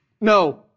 No